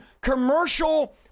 commercial